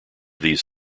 these